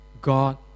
God